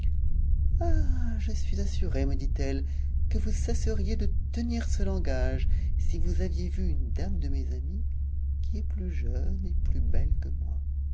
ah je suis assurée me dit-elle que vous cesseriez de tenir ce langage si vous aviez vu une dame de mes amies qui est plus jeune et plus belle que moi